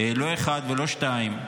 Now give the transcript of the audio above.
לא אחד ולא שניים,